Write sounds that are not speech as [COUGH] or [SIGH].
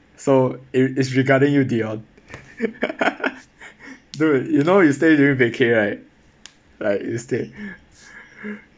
so it is regarding you dion [LAUGHS] dude you know you stay during vacay right like you stayed